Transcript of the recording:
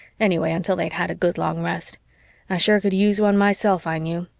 anyway until they'd had a good long rest. i sure could use one myself, i knew.